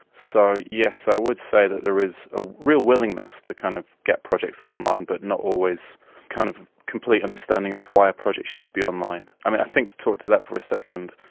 so yes, i would say that there is a real willingness to kind of get projects online, but not always kind of complete understanding of why a project should be online. i think, to talk to that for a second,